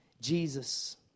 Jesus